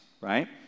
right